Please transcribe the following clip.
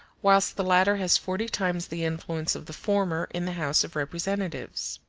whilst the latter has forty times the influence of the former in the house of representatives.